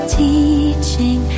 teaching